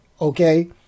okay